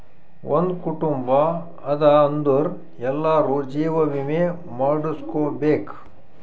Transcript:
ಒಂದ್ ಕುಟುಂಬ ಅದಾ ಅಂದುರ್ ಎಲ್ಲಾರೂ ಜೀವ ವಿಮೆ ಮಾಡುಸ್ಕೊಬೇಕ್